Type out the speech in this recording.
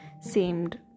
seemed